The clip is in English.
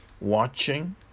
watching